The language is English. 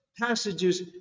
passages